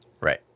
Right